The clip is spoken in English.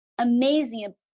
amazing